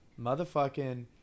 motherfucking